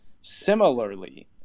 similarly